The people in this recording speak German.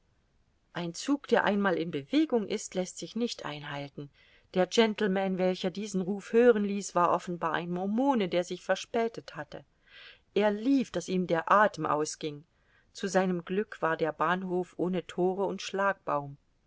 ein zug der einmal in bewegung ist läßt sich nicht einhalten der gentleman welcher diesen ruf hören ließ war offenbar ein mormone der sich verspätet hatte er lief daß ihm der athem ausging zu seinem glück war der bahnhof ohne thore und schlagbaum